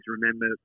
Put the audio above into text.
remember